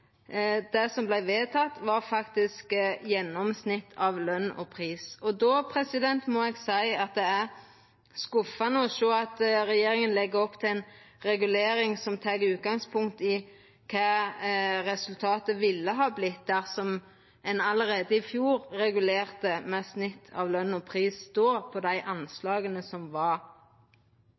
Det som vart vedteke, var faktisk gjennomsnitt av løns- og prisvekst. Då må eg seia det er skuffande å sjå at regjeringa legg opp til ei regulering som tek utgangspunkt i kva resultatet ville ha vorte dersom ein allereie i fjor regulerte med snitt av løns- og prisvekst på dei anslaga som var